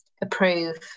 approve